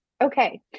okay